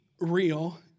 real